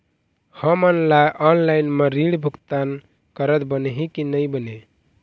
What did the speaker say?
हमन ला ऑनलाइन म ऋण भुगतान करत बनही की नई बने?